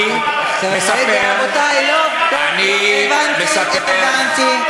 הבנתי, הבנתי.